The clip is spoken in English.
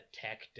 tech